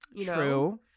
True